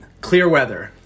Clearweather